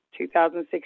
2016